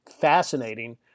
fascinating